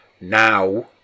Now